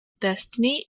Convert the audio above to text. destiny